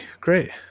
Great